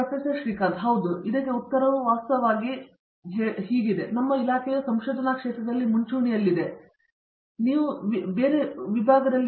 professor Srikanth Vedantam ಹೌದು ಮತ್ತು ಇದಕ್ಕೆ ಉತ್ತರವು ವಾಸ್ತವವಾಗಿ ನಮ್ಮ ಇಲಾಖೆ ಸಂಶೋಧನಾ ಕ್ಷೇತ್ರಗಳಲ್ಲಿ ಮುಂಚೂಣಿಯಲ್ಲಿದೆ ಎಂದು ಅರ್ಥದಲ್ಲಿ ವ್ಯಾಪಕವಾದ ಉತ್ತರವನ್ನು ಹೊಂದಬಹುದು